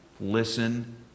listen